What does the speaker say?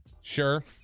Sure